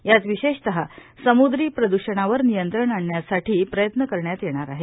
यात विशेषतः समुद्री प्रद्रषणावर नियंत्रण आणण्यासाठी प्रयत्न करण्यात येणार आहे